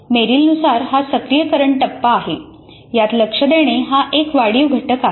Meryl नुसार हा सक्रिय करण टप्पा आहे यात लक्ष देणे हा एक वाढीव घटक आहे